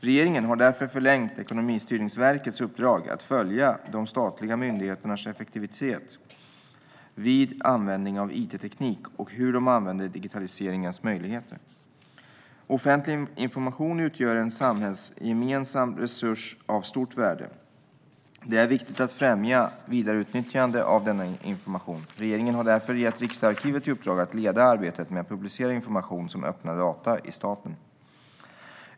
Regeringen har därför förlängt Ekonomistyrningsverkets uppdrag att följa de statliga myndigheternas effektivitet vid användningen av informationsteknik och hur de använder digitaliseringens möjligheter. Offentlig information utgör en samhällsgemensam resurs av stort värde. Det är viktigt att främja vidareutnyttjande av denna information. Regeringen har därför gett Riksarkivet i uppdrag att leda arbetet med att publicera information som öppna data i staten.